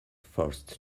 forced